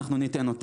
אנחנו ניתן אותה.